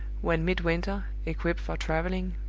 when midwinter, equipped for traveling,